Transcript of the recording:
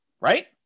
Right